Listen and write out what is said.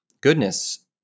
goodness